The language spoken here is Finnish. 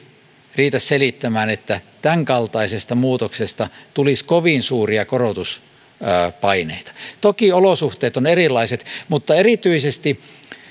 riitä selittämään että tämänkaltaisesta muutoksesta tulisi kovin suuria korotuspaineita toki olosuhteet ovat erilaiset mutta erityisesti